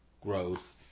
Growth